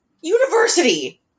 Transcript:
university